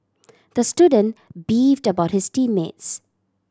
the student beefed about his team mates